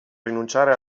rinunciare